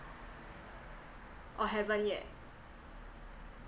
or haven't yet